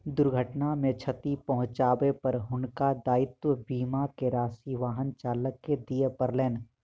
दुर्घटना मे क्षति पहुँचाबै पर हुनका दायित्व बीमा के राशि वाहन चालक के दिअ पड़लैन